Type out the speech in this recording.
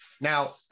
now